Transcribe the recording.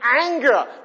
anger